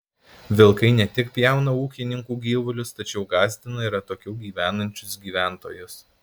vilkai ne tik pjauna ūkininkų gyvulius tačiau gąsdina ir atokiau gyvenančius gyventojus